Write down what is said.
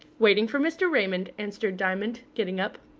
waiting for mr. raymond, answered diamond, getting up.